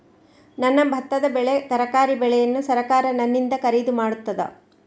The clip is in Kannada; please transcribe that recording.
ನನ್ನ ಭತ್ತದ ಬೆಳೆ, ತರಕಾರಿ ಬೆಳೆಯನ್ನು ಸರಕಾರ ನನ್ನಿಂದ ಖರೀದಿ ಮಾಡುತ್ತದಾ?